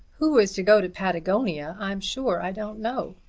who is to go to patagonia, i'm sure i don't know.